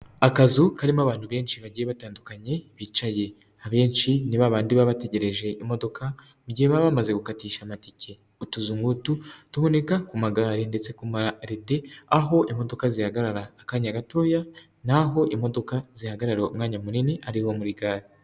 Akazu karimo abantu benshi bagiye batandukanye bicaye. Abenshi ni babandi baba bategereje imodoka, igihe baba bamaze gukatisha amatike. Utuzu nkutu tuboneka ku magare ndetse no ku mararede aho imodoka zihagarara akanya gatoya, naho imodoka zihagarara umwanya munini ariho muri gare.